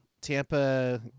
Tampa